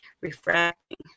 refracting